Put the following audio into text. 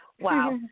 Wow